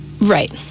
right